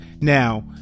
Now